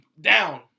down